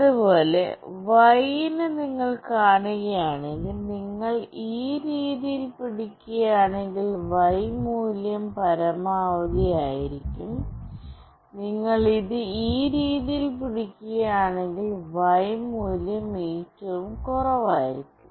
അതുപോലെ Y ന് നിങ്ങൾ കാണുകയാണെങ്കിൽ നിങ്ങൾ ഈ രീതിയിൽ പിടിക്കുകയാണെങ്കിൽ Y മൂല്യം പരമാവധി ആയിരിക്കും നിങ്ങൾ ഇത് ഈ രീതിയിൽ പിടിക്കുകയാണെങ്കിൽ Y മൂല്യം ഏറ്റവും കുറവായിരിക്കും